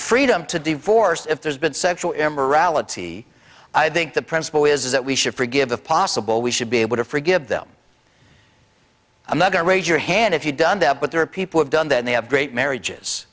freedom to divorce if there's been sexual immorality i think the principle is that we should forgive the possible we should be able to forgive them i'm not going to raise your hand if you've done that but there are people who've done that and they have great marriages